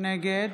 נגד